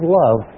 love